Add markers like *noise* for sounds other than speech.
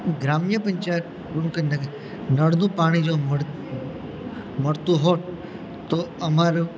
ગ્રામ્ય પંચાયત *unintelligible* નળનું પાણી જો મળ મળતું હોત તો અમારું